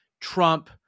trump